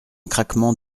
craquement